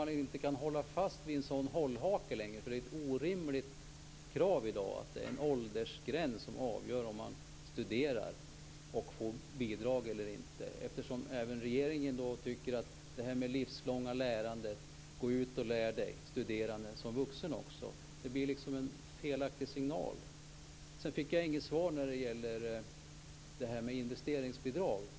Man kan inte ha en sådan hållhake längre. Det är ett orimligt krav i dag, att det är en åldersgräns som avgör om man får bostadsbidrag eller ej om man studerar. Även regeringen förespråkar det livslånga lärandet, att man skall studera som vuxen. Detta blir då en felaktig signal. Sedan fick jag inget svar på frågan om detta med investeringsbidrag.